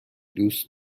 دوست